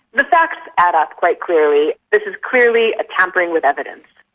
the facts add up quite clearly. this is clearly a tampering with evidence.